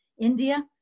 India